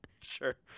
Sure